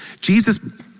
Jesus